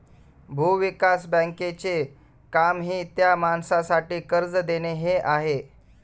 भूविकास बँकेचे कामही त्या माणसासाठी कर्ज देणे हे आहे